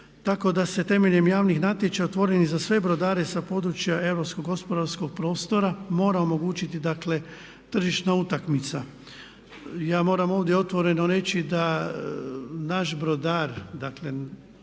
Tako da se temeljem javnih natječaja otvorenih za sve brodare sa područja europskog gospodarskog prostora mora omogućiti dakle tržišna utakmica. Ja moram ovdje otvoreno reći da naš brodar, dakle